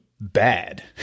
bad